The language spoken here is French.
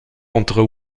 entre